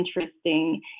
interesting